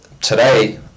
today